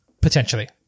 potentially